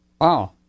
Wow